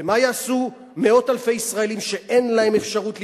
ומה יעשו מאות אלפי ישראלים שאין להם אפשרות להתחתן?